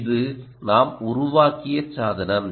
இது நாம் உருவாக்கிய சாதனம்